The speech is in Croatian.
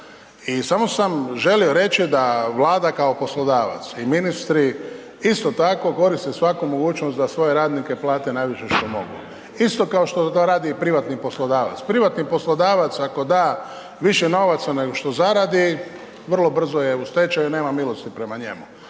i samo sam želio reći da Vlada kao poslodavac i ministri isto tako, gore se svakom mogućnost da svoje radnike plate najviše što mogu, isto kao što to radi privatni poslodavac. Privatni poslodavac ako da više novaca nego što zaradi, vrlo brzo je u stečaju, nema milosti prema njemu.